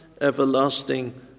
everlasting